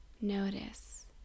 Notice